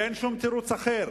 ואין שום תירוץ אחר.